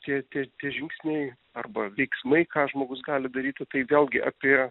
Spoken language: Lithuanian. tie tie tie žingsniai arba veiksmai ką žmogus gali daryti tai vėlgi apie